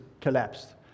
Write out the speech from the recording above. collapsed